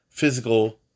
Physical